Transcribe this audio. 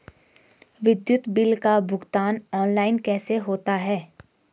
विद्युत बिल का भुगतान ऑनलाइन कैसे होता है?